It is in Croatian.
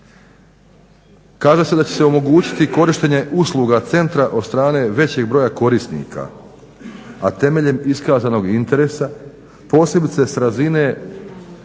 Kaže se da će se omogućiti korištenje usluga centra od strane većeg broja korisnika, a temeljem iskazanog interesa posebice s razine